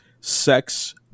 sex